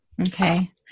okay